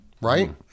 right